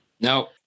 No